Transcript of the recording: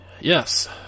Yes